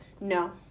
no